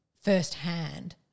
firsthand